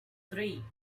three